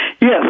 Yes